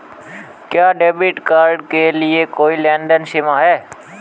क्या debit card के लिए कोई लेनदेन सीमा है?